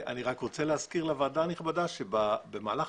אני רוצה להזכיר לוועדה הנכבדה שבמהלך